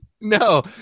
No